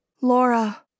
Laura